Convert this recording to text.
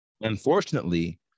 Unfortunately